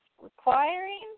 requiring